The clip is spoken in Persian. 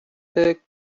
کلی